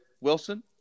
Wilson